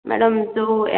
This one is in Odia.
ମ୍ୟାଡାମ୍ ଯୋଉ